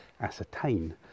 ascertain